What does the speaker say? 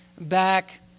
back